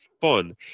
fun